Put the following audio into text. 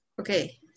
Okay